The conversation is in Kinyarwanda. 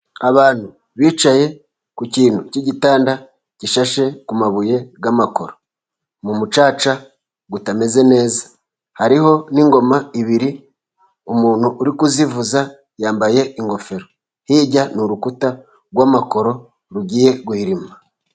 Abantu bicaye ku kintu cy'igitanda gishashe ku mabuye y'amakoro, mu mucaca utameze neza hariho n'ingoma ebyiri, umuntu uri kuzivuza yambaye ingofero, hirya ni urukuta rw'amakoro rugiye guhirima.